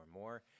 more